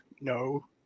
No